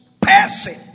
person